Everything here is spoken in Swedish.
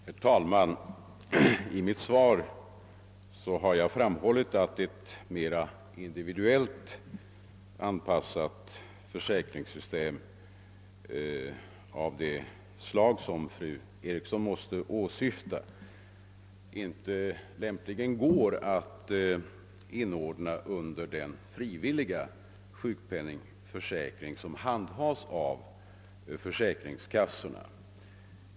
Herr talman! Jag har i mitt svar framhållit att ett mera individuellt anpassat försäkringssystem av det slag, som fru Eriksson i Stockholm måste åsyfta, inte lämpligen kan inordnas under den frivilliga sjukpenningförsäkring som handhas av försäkringskassorna.